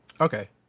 Okay